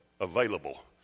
available